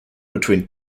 between